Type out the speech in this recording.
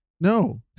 no